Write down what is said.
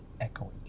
echoing